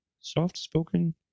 soft-spoken